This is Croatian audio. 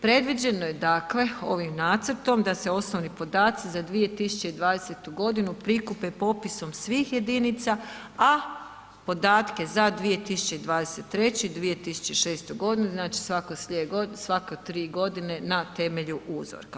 Predviđeno je dakle, ovim nacrtom da se osnovni podaci za 2020. godinu prikupe popisom svih jedinica, a podatke za 2023., 2006. godine znači svake ... svake 3 godine na temelju uzorka.